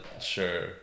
sure